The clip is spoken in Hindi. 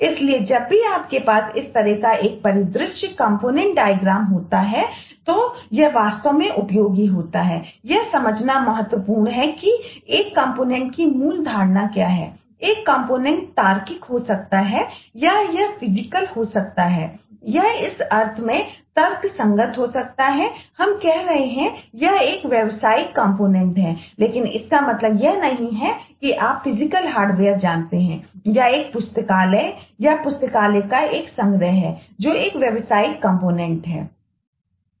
इसलिए जब भी आपके पास इस तरह का एक परिदृश्य कॉम्पोनेंट डायग्राम है